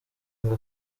ngo